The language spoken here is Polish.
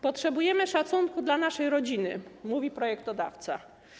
Potrzebujemy szacunku dla naszej rodziny - mówi projektodawca.